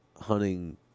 hunting